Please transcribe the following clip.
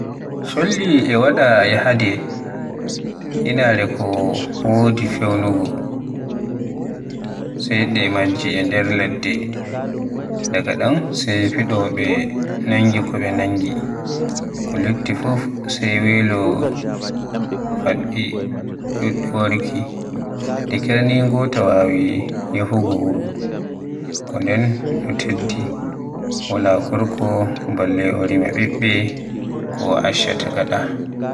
Cholli e waɗa yahde inaare ko wodi fewnugo, sai de majji e nder ladde, daga ɗon sai fiɗowoɓe nangi ko ɓe nangi, ko lutti fuf sai welo ɗuɗɗi waruki. De kyar ni gota wawi yahugo wuro ko nden no teddi, wala gorko balle o rima ɓiɓɓe ko o accata gaɗa.